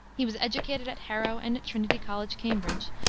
he was educated at harrow and at trinity college, cambridge,